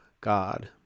God